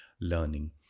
learning